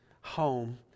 home